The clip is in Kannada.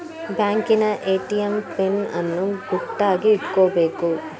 ಬ್ಯಾಂಕಿನ ಎ.ಟಿ.ಎಂ ಪಿನ್ ಅನ್ನು ಗುಟ್ಟಾಗಿ ಇಟ್ಕೊಬೇಕು